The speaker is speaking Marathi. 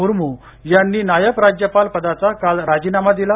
मुर्मू यांनी नायब राज्यपला पदाचा काल राजीनामा दिला